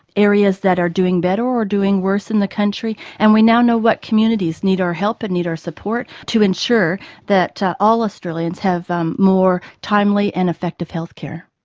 areas that are doing better or doing worse in the country, and we now know what communities need our help and need our support to ensure that all australians have um more timely and effective healthcare.